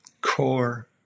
core